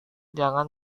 jangan